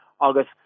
August